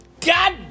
god